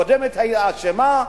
הקודמת אשמה.